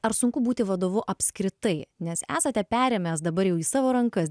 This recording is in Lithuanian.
ar sunku būti vadovu apskritai nes esate perėmęs dabar jau į savo rankas